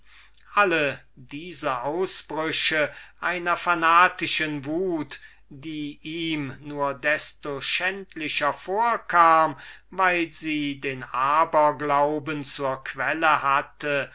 alle diese ausbrüche einer fanatischen wut die ihm nur desto schändlicher vorkam weil sie den aberglauben zur quelle hatte